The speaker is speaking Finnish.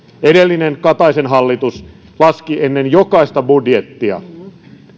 edellinen kataisen hallitus laski ennen jokaista budjettia